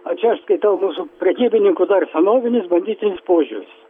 o čia aš skaitau mūsų prekybininkų dar senovinis banditinis požiūris